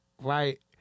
right